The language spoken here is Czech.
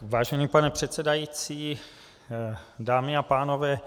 Vážený pane předsedající, dámy a pánové.